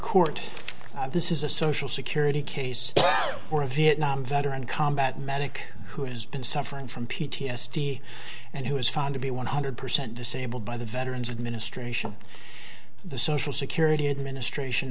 court this is a social security case or a vietnam veteran combat medic who has been suffering from p t s d and who is found to be one hundred percent disabled by the veterans administration the social security administration